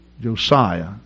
Josiah